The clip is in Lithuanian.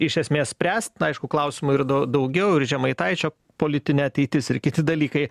iš esmės spręst na aišku klausimų ir daug daugiau ir žemaitaičio politinė ateitis ir kiti dalykai